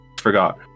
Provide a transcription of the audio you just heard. Forgot